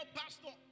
pastor